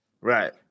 Right